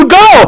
go